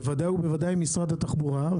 בוודאי ובוודאי עם משרד התחבורה.